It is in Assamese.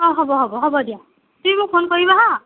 অঁ হ'ব হ'ব হ'ব দিয়া তুমি মোক ফোন কৰিবা হা